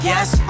Yes